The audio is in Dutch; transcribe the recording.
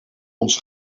ons